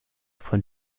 von